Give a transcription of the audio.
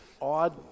odd